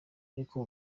ariko